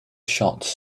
shots